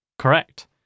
Correct